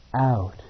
Out